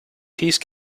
peace